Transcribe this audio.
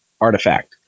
artifact